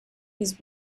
his